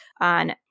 on